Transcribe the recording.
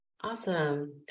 Awesome